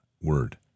word